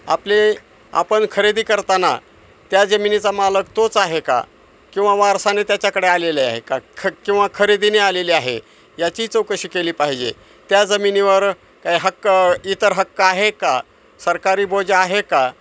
आपले आपण खरेदी करताना त्या जमिनीचा मालक तोच आहे का किंवा वारसाने त्याच्याकडे आलेले आहे का ख किंवा खरेदीने आलेली आहे याची चौकशी केली पाहिजे त्या जमिनीवर काय हक्क इतर हक्क आहे का सरकारी बोजा आहे का